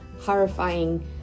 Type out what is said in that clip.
horrifying